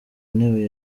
ntebe